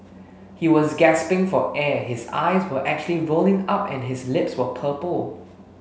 he was gasping for air his eyes were actually rolling up and his lips were purple